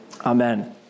Amen